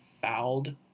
fouled